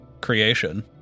creation